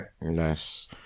Nice